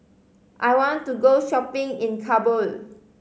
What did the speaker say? I want to go shopping in Kabul